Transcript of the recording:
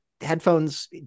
headphones